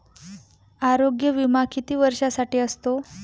आरोग्य विमा किती वर्षांसाठी असतो?